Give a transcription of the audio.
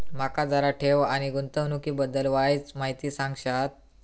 माका जरा ठेव आणि गुंतवणूकी बद्दल वायचं माहिती सांगशात?